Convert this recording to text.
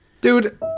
dude